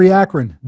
akron